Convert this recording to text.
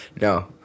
No